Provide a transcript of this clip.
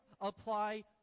apply